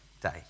day